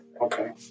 Okay